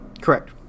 Correct